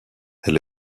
elle